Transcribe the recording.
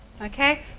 Okay